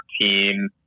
team